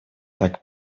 так